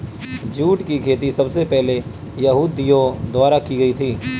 jute की खेती सबसे पहले यहूदियों द्वारा की गयी थी